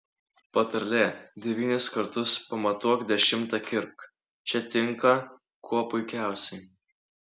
patarlė devynis kartus pamatuok dešimtą kirpk čia tinka kuo puikiausiai